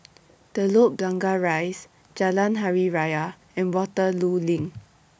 Telok Blangah Rise Jalan Hari Raya and Waterloo LINK